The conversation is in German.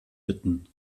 bitten